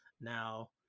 Now